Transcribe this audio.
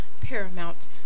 Paramount